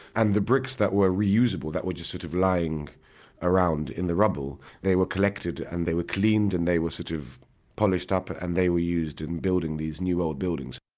and the bricks that were reusable that which were sort of lying around in the rubble, they were collected and they were cleaned and they were sort of polished up and they were used in building these new old buildings.